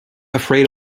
afraid